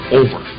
over